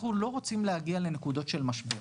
אנחנו לא רוצים להגיע לנקודות של משבר.